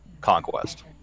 conquest